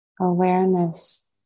awareness